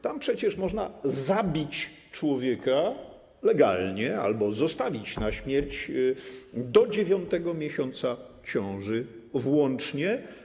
Tam przecież można zabić człowieka legalnie albo zostawić na śmierć do 9. miesiąca ciąży włącznie.